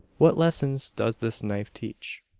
what lessons does this knife teach?